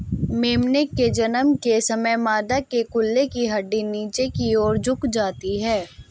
मेमने के जन्म के समय मादा के कूल्हे की हड्डी नीचे की और झुक जाती है